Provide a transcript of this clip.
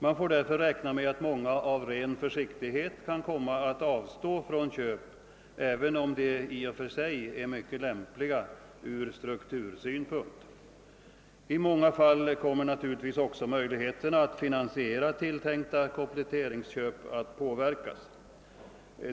Man får därför räkna med att de av ren försiktighet avstår från köp även om sådana skulle vara mycket lämpliga från struktursynpunkt. I många fall kommer naturligtvis också möjligheten att finansiera tilltänkta kompletteringsköp att försvåras.